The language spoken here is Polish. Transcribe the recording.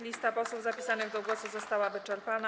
Lista posłów zapisanych do głosu została wyczerpana.